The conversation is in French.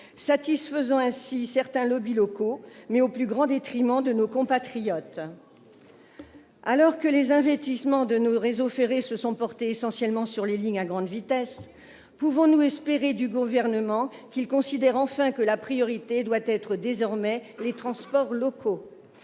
satisfaction de certains locaux, mais au plus grand détriment de nos concitoyens. Alors que les investissements dans notre réseau ferré ont concerné essentiellement les lignes à grande vitesse, pouvons-nous espérer du Gouvernement qu'il considère enfin que la priorité doit être désormais donnée aux transports locaux ?